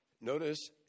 notice